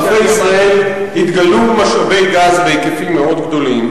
בחופי ישראל התגלו משאבי גז בהיקפים מאוד גדולים,